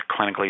clinically